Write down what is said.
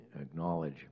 acknowledge